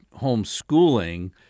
homeschooling